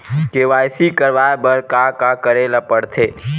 KYC करवाय बर का का करे ल पड़थे?